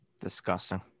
Disgusting